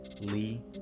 Lee